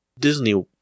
disney